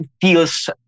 feels